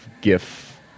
gif